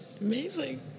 amazing